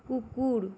কুকুৰ